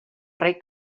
rei